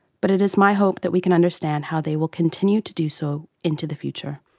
but it is my hope that we can understand how they will continue to do so into the future.